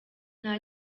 nta